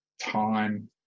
time